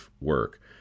work